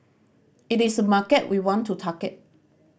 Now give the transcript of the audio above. it is a market we want to target